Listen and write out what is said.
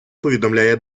повідомляє